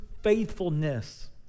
faithfulness